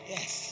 Yes